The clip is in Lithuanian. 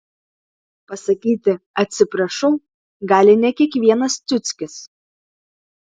pasakyti atsiprašau gali ne kiekvienas ciuckis